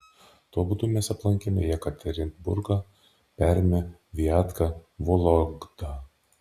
tuo būdu mes aplankėme jekaterinburgą permę viatką vologdą